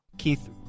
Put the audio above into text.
Keith